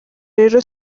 rero